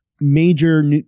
major